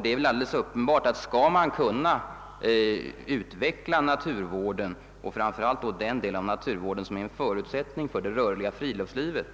Det är väl alldeles uppenbart, att skall man kunna utveckla naturvården och framför allt den del av naturvården som är en förutsättning för det rörliga friluftslivet,